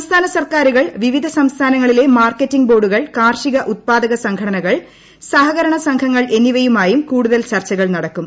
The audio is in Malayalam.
സംസ്ഥാന സർക്കാരുകൾ വിവിധ സംസ്ഥാനങ്ങളിലെ മാർക്കറ്റിംഗ് ബോർഡുകൾ കാർഷിക ഉത്പാദക സംഘടനകൾ സഹകരണ സംഘങ്ങൾ എന്നിവയുമായും കൂടുതൽ ചർച്ചകൾ നടക്കും